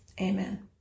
Amen